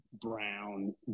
brown